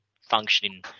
functioning